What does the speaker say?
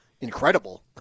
incredible